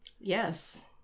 Yes